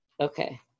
Okay